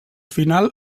final